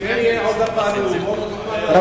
מסתפקים בתשובת השר.